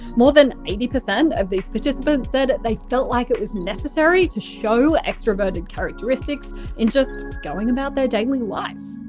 more than eighty percent of the participants said they felt like it was necessary to show extraverted characteristics in just going about their daily life.